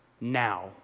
now